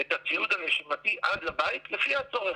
את הציוד הנשימתי עד לבית לפי הצורך.